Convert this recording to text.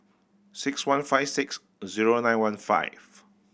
six one five six zero nine one five